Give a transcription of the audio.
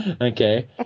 Okay